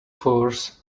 force